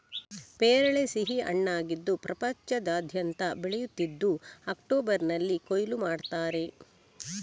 ಪೇರಳೆ ಸಿಹಿ ಹಣ್ಣಾಗಿದ್ದು ಪ್ರಪಂಚದಾದ್ಯಂತ ಬೆಳೆಯುತ್ತಿದ್ದು ಅಕ್ಟೋಬರಿನಲ್ಲಿ ಕೊಯ್ಲು ಮಾಡ್ತಾರೆ